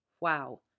Wow